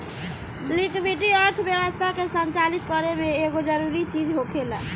liquidity अर्थव्यवस्था के संचालित करे में एगो जरूरी चीज होखेला